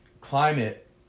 climate